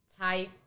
type